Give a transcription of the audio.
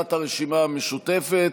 הצעת הרשימה המשותפת.